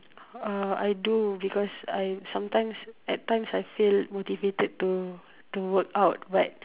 uh I do because I sometimes at times feel motivated to workout but